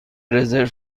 رزرو